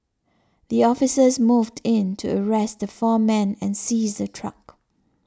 the officers moved in to arrest the four men and seize the truck